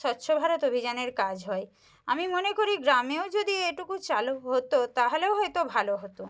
স্বচ্চ ভারত অভিযানের কাজ হয় আমি মনে করি গ্রামেও যদি এটুকু চালু হত তাহলেও হয়তো ভালো হত